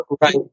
Right